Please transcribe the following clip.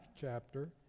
chapter